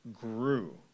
grew